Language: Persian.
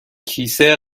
کیسه